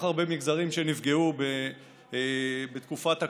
הרבה מגזרים שנפגעו בתקופת הקורונה.